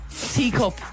Teacup